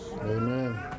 Amen